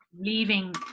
leaving